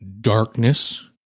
darkness